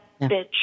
bitch